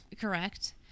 Correct